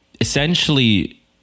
essentially